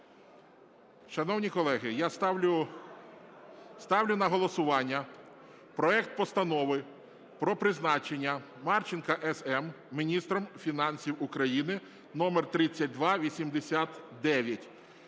Шановні колеги, я ставлю на голосування проект Постанови про призначення Марченка С.М. міністром фінансів України (№ 3289).